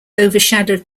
overshadowed